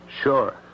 Sure